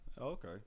Okay